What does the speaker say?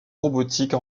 robotique